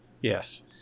yes